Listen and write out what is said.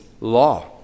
law